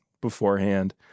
beforehand